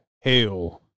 Hail